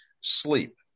sleep